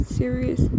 serious